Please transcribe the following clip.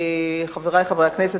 חברי חברי הכנסת,